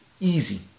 Easy